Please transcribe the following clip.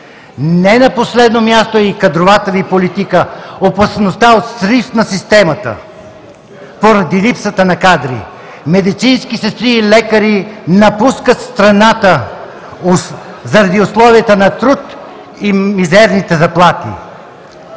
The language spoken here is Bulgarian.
Не на последно място е и кадровата Ви политика – опасността от срив на системата поради липсата на кадри. Медицински сестри и лекари напускат страната заради условията на труд и мизерните заплати.